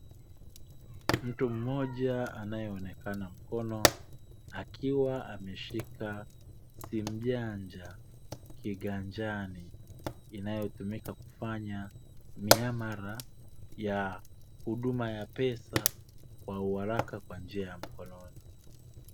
Mtu mmoja anae onekana mkono akiwa ameshika simu janja kiganjani inayotumika kufanya miamala ya huduma ya pesa kwa uharaka kwa njia ya mkononi.